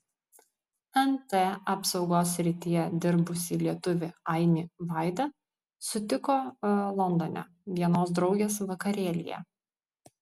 nt apsaugos srityje dirbusį lietuvį ainį vaida sutiko londone vienos draugės vakarėlyje